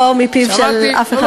לא מפיו של אף אחד אחר.